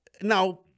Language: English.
now